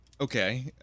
Okay